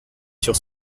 sur